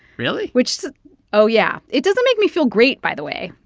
really. which oh, yeah. it doesn't make me feel great, by the way.